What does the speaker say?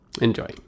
Enjoy